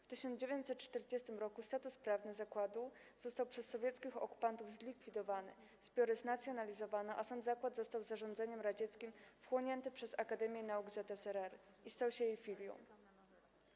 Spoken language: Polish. W 1940 r. status prawny zakładu został przez sowieckich okupantów zlikwidowany, zbiory znacjonalizowano, a sam zakład został zarządzeniem radzieckim wchłonięty przez Akademię Nauk ZSRR i stał się jej filią.